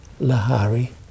Lahari